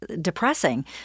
depressing